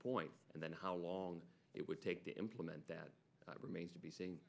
point and then how long it would take to implement that remains to be s